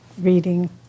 reading